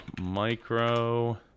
micro